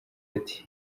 ati